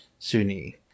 suni